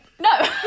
no